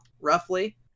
roughly